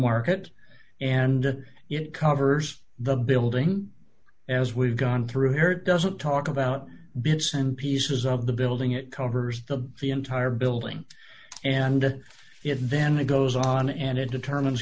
market and it covers the building as we've gone through her doesn't talk about bits and pieces of the building it covers the entire building and if then it goes on and it determines